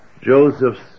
Joseph's